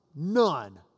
None